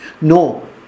No